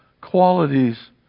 Qualities